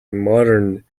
modern